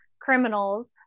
criminals